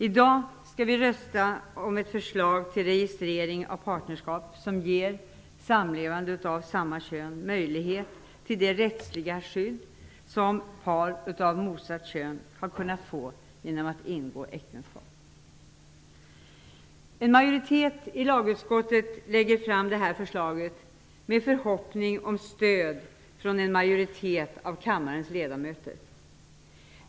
I dag skall vi rösta om ett förslag till registrering av partnerskap som ger samlevande av samma kön möjlighet till det rättsliga skydd som samlevande av motsatt kön har kunnat få genom att ingå äktenskap. En majoritet i lagutskottet lägger fram detta förslag med förhoppning om att få stöd från en majoritet av kammarens ledamöter.